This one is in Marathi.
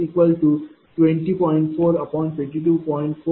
422